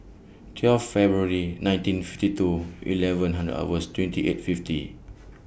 twelve February nineteen fifty two eleven Hand hours twenty eight fifty